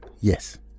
Yes